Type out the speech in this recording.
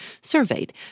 surveyed